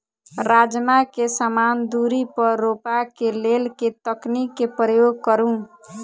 राजमा केँ समान दूरी पर रोपा केँ लेल केँ तकनीक केँ प्रयोग करू?